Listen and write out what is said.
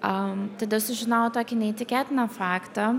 a tada sužinojau tokį neįtikėtiną faktą